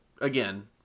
again